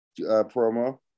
promo